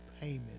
payment